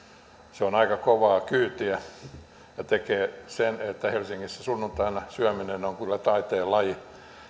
se on aika kovaa kyytiä ja tekee sen että helsingissä sunnuntaina syöminen on kyllä taiteenlaji